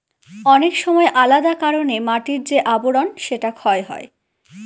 অনেক সময় আলাদা কারনে মাটির যে আবরন সেটা ক্ষয় হয়